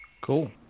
Cool